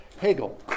Hegel